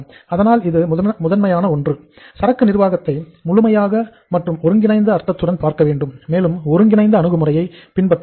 அதனால் இது முதன்மையான ஒன்று சரக்கு நிர்வாகத்தை முழுமையான மற்றும் ஒருங்கிணைந்த அர்த்தத்துடன் பார்க்க வேண்டும் மேலும் ஒருங்கிணைந்த அணுகு முறையை பின்பற்ற வேண்டும்